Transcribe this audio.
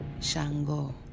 shango